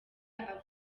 avuye